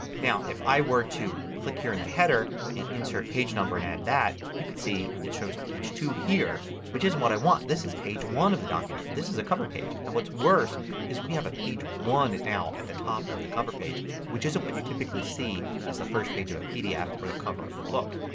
now if i were to click here in the header and insert page number and add that you could see it shows page two here which isn't what i want. this is page one of the document. this is a cover page and what's worse is we have a page one at the top of the cover page which isn't what you typically see on the first page of a pdf or the cover of a book.